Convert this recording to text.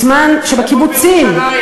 בזמן שבקיבוצים,